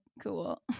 cool